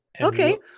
Okay